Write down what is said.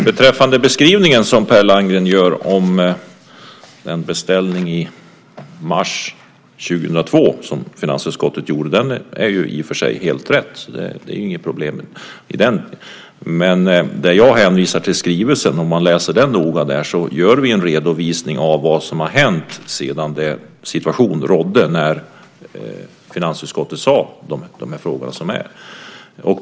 Herr talman! Den beskrivning Per Landgren gör av den beställning som finansutskottet gjorde i mars 2002 är i och för sig helt riktig. Det är inget problem i den delen. Om man läser den skrivelse jag hänvisar till noga ser man dock att vi där gör en redovisning av vad som har hänt sedan den situation rådde då finansutskottet tog upp de här frågorna.